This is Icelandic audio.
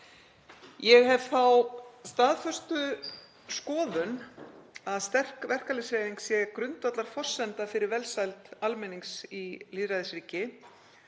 Ég hef þá staðföstu skoðun að sterk verkalýðshreyfing sé grundvallarforsenda fyrir velsæld almennings í lýðræðisríki,